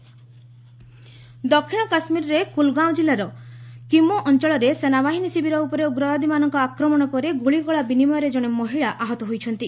କେକେ cross firing ଦକ୍ଷିଣ କାଶ୍ମୀରରେ କୁଲ୍ଗାଓଁ କିଲ୍ଲାର କିମୋ ଅଞ୍ଚଳରେ ସେନା ବାହିନୀ ଶିବିର ଉପରେ ଉଗ୍ରବାଦୀମାନଙ୍କ ଆକ୍ରମଣ ପରେ ଗୁଳିଗୋଳା ବିନିମୟରେ ଜଣେ ମହିଳା ଆହତ ହୋଇଛନ୍ତି